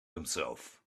himself